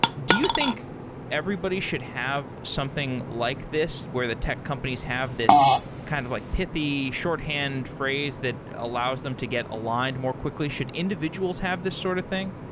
do you think everybody should have something like this where the tech companies have this kind of like pithy, shorthand phrase that allows them to get aligned more quickly? should individuals have this sort of thing?